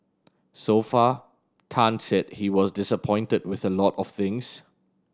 so far Tan said he was disappointed with a lot of things